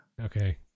Okay